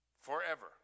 Forever